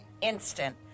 instant